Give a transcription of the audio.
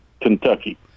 Kentucky